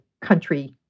country